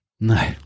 No